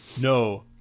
no